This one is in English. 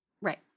Right